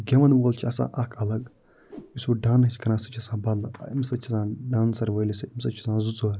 تہٕ گٮ۪وَن وول چھِ آسان اَکھ الگ یُس وٕ ڈانَس چھِ کران سُہ چھِ آسان بدلہٕ أمِس سۭتۍ چھِ آسان ڈانسَر وٲلِس سۭتۍ أمِس سۭتۍ چھِ آسان زٕ ژور